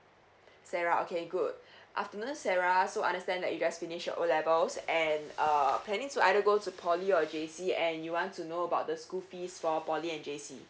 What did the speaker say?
sarah okay good afternoon sarah so understand that you guys finished your O levels and uh planning to either go to poly or J_C and you want to know about the school fees for poly and J_C